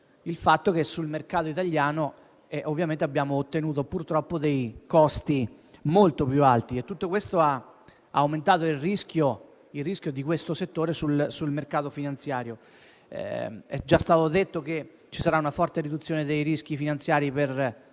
il fatto che sul mercato italiano ovviamente abbiamo avuto, purtroppo, dei costi molto più alti e tutto ciò ha aumentato il rischio del settore sul mercato finanziario. È già stato detto che ci sarà una forte riduzione dei rischi finanziari per strutture